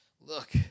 Look